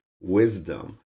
wisdom